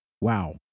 wow